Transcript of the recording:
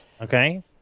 Okay